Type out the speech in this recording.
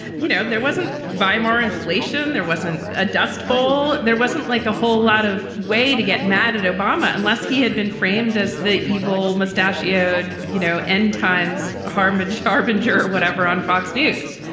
you know, there wasn't weimar inflation, there wasn't a dust bowl. bowl. there wasn't like a whole lot of way to get mad at obama unless he had been framed as the evil moustachioed, you know, end times, harmid harbinger, whatever, on fox news.